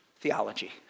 theology